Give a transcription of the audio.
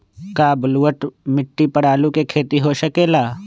का बलूअट मिट्टी पर आलू के खेती हो सकेला?